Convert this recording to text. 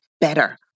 better